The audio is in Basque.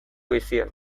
bizian